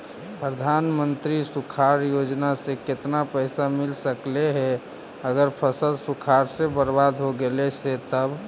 प्रधानमंत्री सुखाड़ योजना से केतना पैसा मिल सकले हे अगर फसल सुखाड़ से बर्बाद हो गेले से तब?